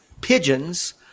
pigeons